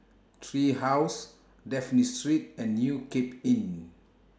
Tree House Dafne Street and New Cape Inn